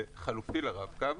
חלופי לרב-קו.